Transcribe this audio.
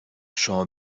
شما